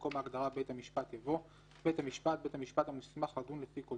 במקום ההגדרה "בית המשפט" יבוא: ""בית המשפט" - בית המשפט המוסמך לדון,